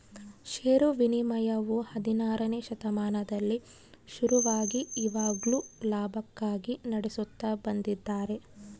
ಷೇರು ವಿನಿಮಯವು ಹದಿನಾರನೆ ಶತಮಾನದಲ್ಲಿ ಶುರುವಾಗಿ ಇವಾಗ್ಲೂ ಲಾಭಕ್ಕಾಗಿ ನಡೆಸುತ್ತ ಬಂದಿದ್ದಾರೆ